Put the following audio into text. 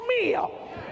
meal